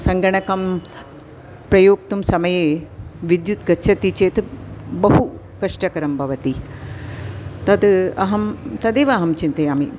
सङ्गणकं प्रयुक्तं समये विद्युत् गच्छति चेत् बहु कष्टकरं भवति तत् अहं तदेव अहं चिन्तयामि